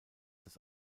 das